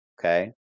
Okay